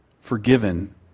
forgiven